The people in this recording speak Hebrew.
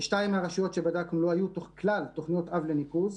בשתיים מהרשויות שבדקנו לא היו כלל תוכניות אב לניקוז,